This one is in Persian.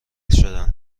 شدن